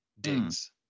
digs